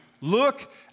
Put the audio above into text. Look